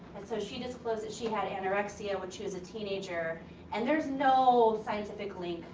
and so, she disclosed that she had anorexia when she was a teenager and there's no scientific link.